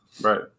Right